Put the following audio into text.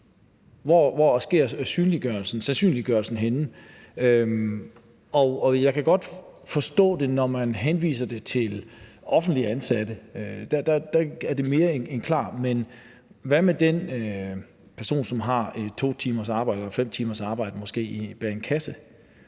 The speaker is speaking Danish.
hvor sker sandsynliggørelsen henne? Jeg kan godt forstå det, når man henviser til offentligt ansatte, for der er det mere klart, men hvad med den person, der har 2 timers arbejde eller måske 5 timers arbejde bag en kasse